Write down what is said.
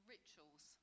rituals